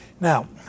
Now